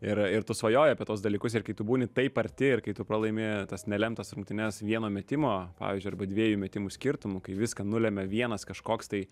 ir ir tu svajoji apie tuos dalykus ir kai tu būni taip arti ir kai tu pralaimi tas nelemtas rungtynes vieno metimo pavyzdžiui arba dviejų metimų skirtumu kai viską nulemia vienas kažkoks tai